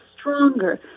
stronger